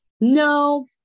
no